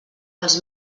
els